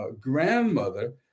grandmother